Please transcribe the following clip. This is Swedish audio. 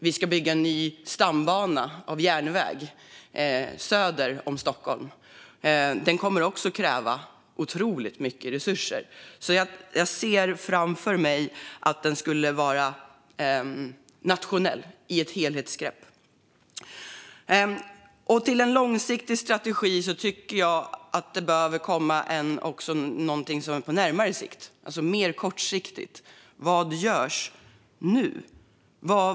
Vi ska bygga en ny stambana, järnväg, söder om Stockholm. Den kommer också att kräva otroligt mycket resurser. Jag ser framför mig att strategin ska vara nationell och ha ett helhetsgrepp. Till en långsiktig strategi tycker jag att det också behöver komma något som ligger närmare i tiden, alltså något som är mer kortsiktigt. Vad görs nu ?